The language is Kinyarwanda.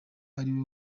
ariwe